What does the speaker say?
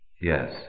Yes